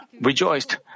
rejoiced